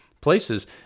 places